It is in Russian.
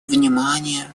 внимание